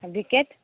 आओर बिकेट